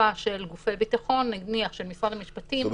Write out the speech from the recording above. בהכפפה של גופי הביטחון למשרד המשפטים --- זאת